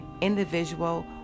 individual